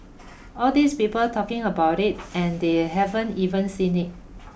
all these people talking about it and they haven't even seen it